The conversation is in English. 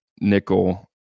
Nickel